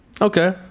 Okay